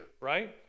right